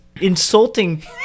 insulting